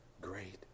great